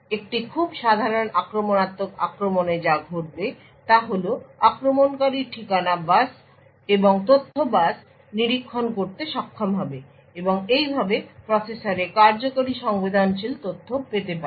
একটি খুব সাধারণ আক্রমণাত্মক আক্রমণে যা ঘটবে তা হল আক্রমণকারী ঠিকানা বাস এবং তথ্য বাস নিরীক্ষণ করতে সক্ষম হবে এবং এইভাবে প্রসেসরে কার্যকরি সংবেদনশীল তথ্য পেতে পারে